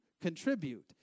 Contribute